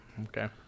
Okay